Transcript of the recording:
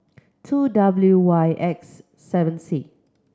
two W Y X seven C